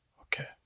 Okay